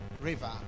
river